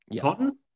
Cotton